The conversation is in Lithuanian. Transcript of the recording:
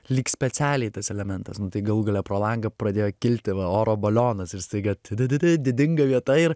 lyg specialiai tas elementas nu tai galų gale pro langą pradėjo kilti va oro balionas ir staiga ta da da da didinga vieta ir